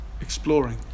exploring